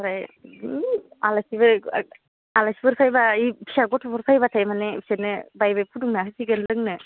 ओमफ्राय आलासिफोर फैबा फिसा गथ'फोर फैबाथाय माने बिसोरनो बाहाय बाहाय फुदुंना होसिगोन लोंनो